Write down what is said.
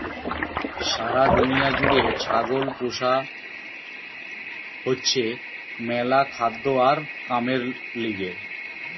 সারা দুনিয়া জুড়ে ছাগল পোষা হতিছে ম্যালা খাদ্য আর কামের লিগে